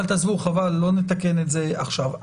אבל תעזבו, חבל, לא נתקן את זה עכשיו.